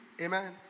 Amen